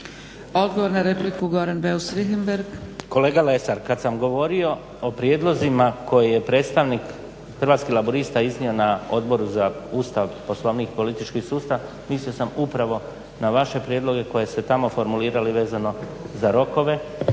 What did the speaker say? Richembergh, Goran (HNS)** Kolega Lesar kada sam govorio o prijedlozima koje je predstavnik Hrvatskih laburista iznio na Odboru za Ustav, Poslovnik i politički sustav mislio sam upravo na vaše prijedloge koje ste tamo formulirali vezano za rokove